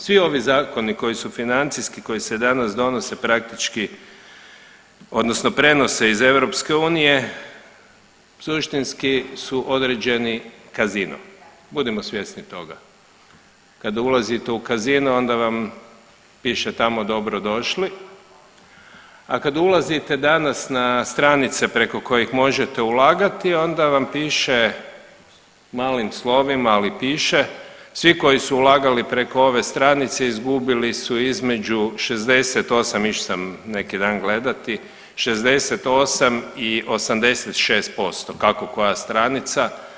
Svi ovi zakoni koji su financijski, koji se danas donose praktički odnosno prenose iz EU suštinski su određeni casinom budimo svjesni toga, kada ulazite u casino onda vam piše tamo dobro došli, a kad ulazite danas na stranice preko kojih možete ulagati onda vam piše malim slovima, ali piše, svi koji su ulagali preko ove stranice izgubili su između 68, išao sam neki dan gledati, 68 i 86% kako koja stranica.